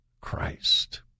Christ